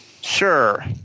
Sure